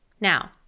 Now